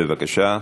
בבקשה,